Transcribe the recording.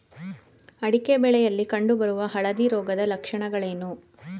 ಅಡಿಕೆ ಬೆಳೆಯಲ್ಲಿ ಕಂಡು ಬರುವ ಹಳದಿ ರೋಗದ ಲಕ್ಷಣಗಳೇನು?